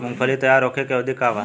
मूँगफली तैयार होखे के अवधि का वा?